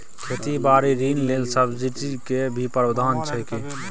खेती बारी ऋण ले सब्सिडी के भी प्रावधान छै कि?